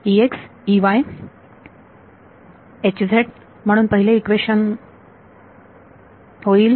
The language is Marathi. म्हणून पहिले इक्वेशन होईल